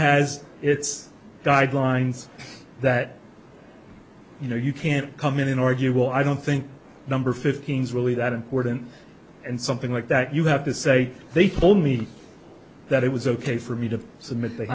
has its guidelines that you know you can't come in argue well i don't think number fifteen is really that important and something like that you have to say they told me that it was ok for me to submit